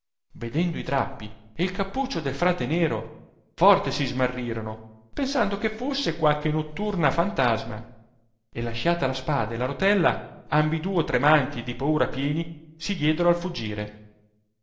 vedendo i drajtpi e il cappuccio del frate nero forte si smarrirono pensando che fusse qualche notturna fantasma e lasciata la spada e la rotella ambiduo tremanti e di paura pieni si diedero al fuggire